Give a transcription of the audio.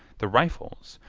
the rifles,